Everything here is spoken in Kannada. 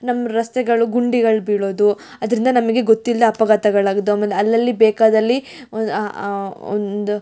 ನಮ್ಮ ರಸ್ತೆಗಳು ಗುಂಡಿಗಳು ಬೀಳೋದು ಅದರಿಂದ ನಮಗೆ ಗೊತ್ತಿಲ್ಲದೇ ಅಪಘಾತಗಳಾಗೋದು ಆಮೇಲೆ ಅಲ್ಲಲ್ಲಿ ಬೇಕಾದಲ್ಲಿ ಒಂದು ಒಂದು